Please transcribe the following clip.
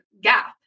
Gap